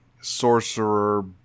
sorcerer